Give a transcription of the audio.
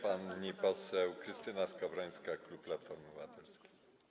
Pani poseł Krystyna Skowrońska, klub Platformy Obywatelskiej.